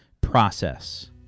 process